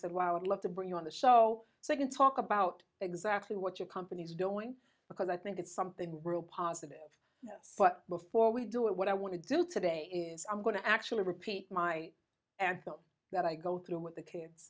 i love to bring you on the show so i can talk about exactly what your company's doing because i think it's something real positive but before we do it what i want to do today is i'm going to actually repeat my that i go through with the kids